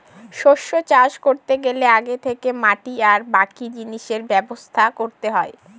শস্য চাষ করতে গেলে আগে থেকে মাটি আর বাকি জিনিসের ব্যবস্থা করতে হয়